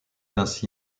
ainsi